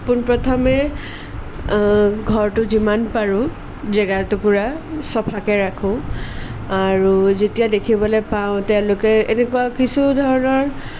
পোনপ্ৰথমে ঘৰটো যিমান পাৰোঁ জেগা টোকোৰা চাফাকে ৰাখোঁ আৰু যেতিয়া দেখিবলৈ পাওঁ তেওঁলোকে এনেকুৱা কিছু ধৰণৰ